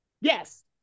yes